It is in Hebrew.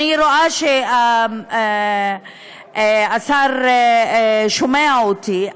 אני רואה שהשר שומע אותי,